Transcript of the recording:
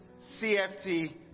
CFT